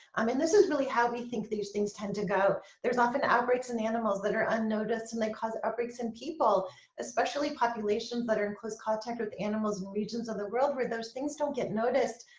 i mean this is really how we think these things tend to go there's often outbreaks and animals that are unnoticed and they cause outbreaks in people especially populations that are in close contact with animals and regions of the world where those things don't get noticed.